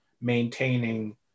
maintaining